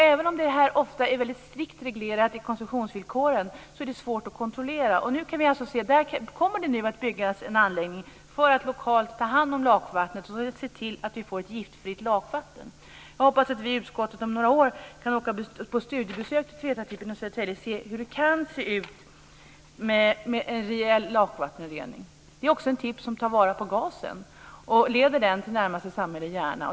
Även om detta ofta är väldigt strikt reglerat i koncessionsvillkoren är det svårt att kontrollera. Men där kommer det nu att byggas en anläggning som lokalt tar hand om lakvattnet och ser till att vi får ett giftfritt lakvatten. Jag hoppas att vi i utskottet om några år kan åka på studiebesök till Tvetatippen i Södertälje och se hur en rejäl lakvattenrening kan se ut. Detta är också en tipp som tar vara på gasen och leder den till närmaste samhälle, Järna.